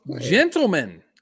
Gentlemen